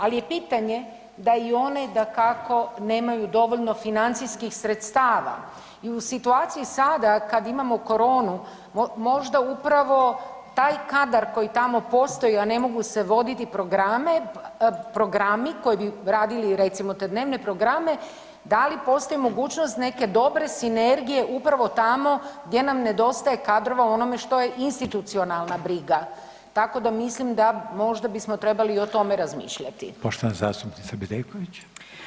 Al je pitanje da i one dakako nemaju dovoljno financijskih sredstava i u situaciji sada kad imamo koronu možda upravo taj kadar koji tamo postoji, a ne mogu se voditi programe, programi koji bi radili recimo te dnevne programe da li postoji mogućnost neke dobre sinergije upravo tamo gdje nam nedostaje kadrova u onome što je institucionalna briga, tako da mislim da možda bismo trebali o tome razmišljati?